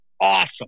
awesome